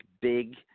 big